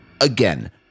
Again